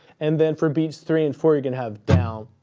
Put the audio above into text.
and then for beats three and four you're gonna have down-up,